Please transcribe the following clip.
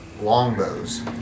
Longbows